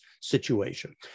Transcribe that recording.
situation